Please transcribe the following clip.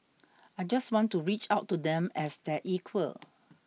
I just want to reach out to them as their equal